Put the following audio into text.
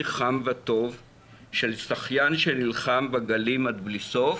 חם וטוב של שחיין שנלחם בגלים עד בלי סוף